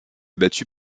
battus